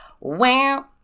wow